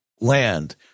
land